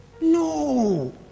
No